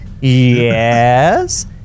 Yes